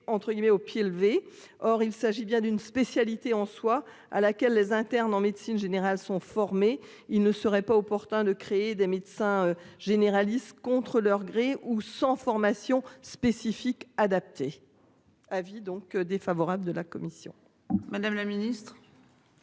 entre guillemets au pied levé. Or il s'agit bien d'une spécialité en soi à laquelle les internes en médecine générale sont formés. Il ne serait pas opportun de créer des médecins généralistes contre leur gré ou sans formation spécifique adapté. À vie donc défavorable de la commission, madame la Ministre.